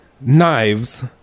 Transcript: knives